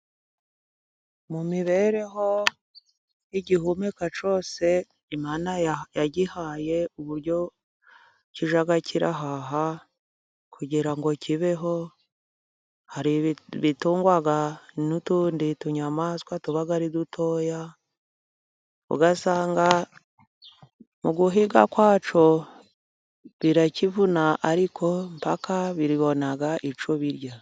Mu mibereho igihumeka cyose yagihaye uburyo kirajya kirahaha kugira ngo kibeho ,hari bitungwa n'utundi tunyamaswa tuba ari dutoya, ugasanga mu guhiga kwacyo birakivuna ariko mpaka bibona icyo birya.